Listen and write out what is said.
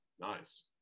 nice